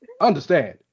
Understand